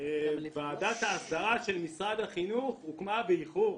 ועדת ההסדרה של משרד החינוך הוקמה באיחור.